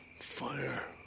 fire